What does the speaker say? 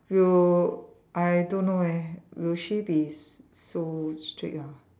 we'll I don't know eh will she be so strict ah